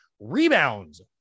rebounds